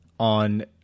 on